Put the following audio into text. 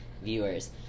Viewers